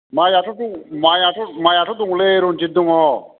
माइआथ' दं माइआथ' माइआथ' दङलै रनजिद दङ